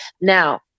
Now